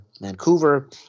Vancouver